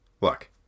Look